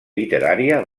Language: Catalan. literària